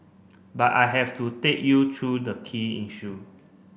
but I have to take you through the key issue